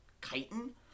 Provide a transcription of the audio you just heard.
chitin